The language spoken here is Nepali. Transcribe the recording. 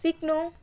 सिक्नु